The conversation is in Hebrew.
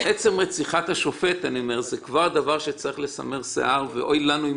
עצם רציחת השופט זה כבר דבר שצריך לסמר שיער ואוי לנו אם